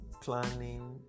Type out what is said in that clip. planning